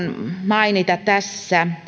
mainita tässä